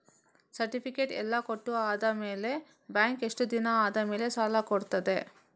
Certificate ಎಲ್ಲಾ ಕೊಟ್ಟು ಆದಮೇಲೆ ಬ್ಯಾಂಕ್ ಎಷ್ಟು ದಿನ ಆದಮೇಲೆ ಸಾಲ ಕೊಡ್ತದೆ?